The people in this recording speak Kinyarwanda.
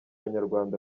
nyarwanda